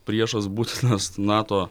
priešas būtinas nato